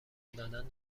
دادن